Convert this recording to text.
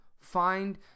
find